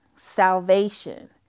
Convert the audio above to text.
salvation